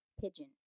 pigeon